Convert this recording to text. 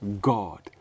God